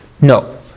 No